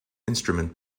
instrument